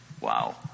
wow